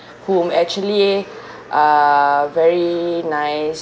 whom actually uh very nice